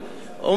אומרים בריש גלי,